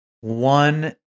one